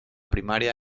primaria